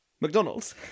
McDonald's